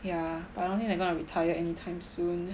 ya but I don't think they're gonna retire anytime soon